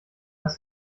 das